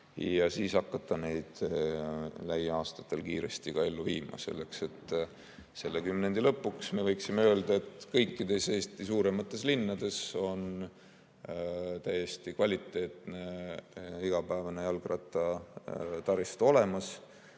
ja siis hakata neid projekte lähiaastatel kiiresti ellu viima, et selle kümnendi lõpuks me võiksime öelda, et kõikides Eesti suuremates linnades on täiesti kvaliteetne igapäevane jalgrattataristu olemas